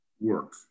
work